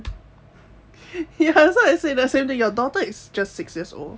ya so I said the same thing your daughter is just six years old